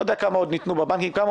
לא יודע כמה עוד ניתנו בבנקים אלא כמה